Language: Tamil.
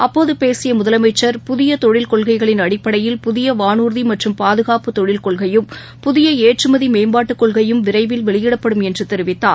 அப்போதபேசியமுதலமைச்சர் புதியதொழில் கொள்கைகளின் அடிப்படையில் புதியவானூர்திமற்றும் பாதுகாப்பு தொழில் கொள்கையும் புதியஏற்றுமதிமேம்பாட்டுக்கொள்கையும் விரைவில் வெளியிடப்படும் என்றுதெரிவித்தார்